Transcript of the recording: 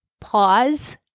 pause